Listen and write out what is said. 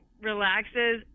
relaxes